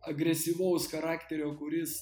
agresyvaus charakterio kuris